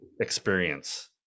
experience